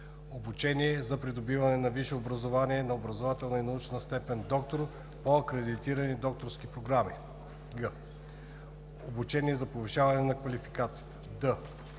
обучение за придобиване на висше образование на образователна и научна степен „доктор“ по акредитирани докторски програми; г) обучение за повишаване на квалификацията;